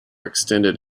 extended